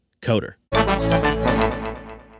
coder